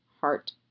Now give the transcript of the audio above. heart